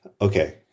okay